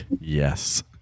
yes